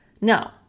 no